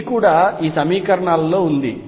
ఇది కూడా ఈ సమీకరణాలలో ఉంది